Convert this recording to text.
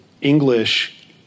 English